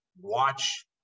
watch